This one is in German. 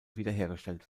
wiederhergestellt